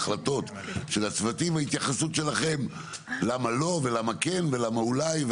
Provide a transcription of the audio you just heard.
החלטות של הצוותים והתייחסות שלכם למה לא ולמה כן ולמה אולי,